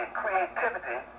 creativity